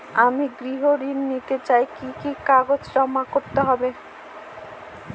আমি গৃহ ঋণ নিতে চাই কি কি কাগজ জমা করতে হবে?